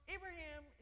Abraham